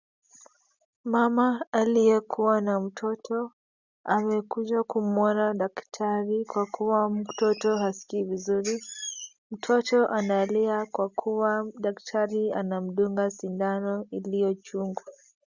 Mama aliyekuwa na mtoto amekuja kumwona daktari kwa kuwa mtoto haskii vizuri, mtoto analia kwa kuwa daktari anamdunga sindano iliyochungu.